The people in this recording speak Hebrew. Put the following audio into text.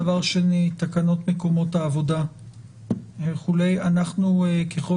דבר שני תקנות מקומות העבודה וכו' אנחנו ככל